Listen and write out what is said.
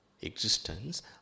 existence